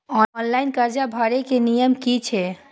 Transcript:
Online कर्जा भरे के नियम की छे?